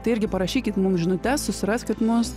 tai irgi parašykit mums žinutes susiraskit mus